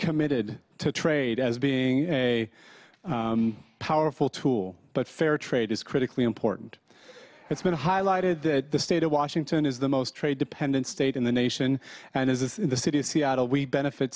committed to trade as being a powerful tool but fair trade is critically important it's been highlighted that the state of washington is the most trade dependent state in the nation and is in the city of seattle we benefit